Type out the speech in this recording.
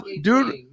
dude